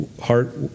heart